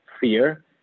fear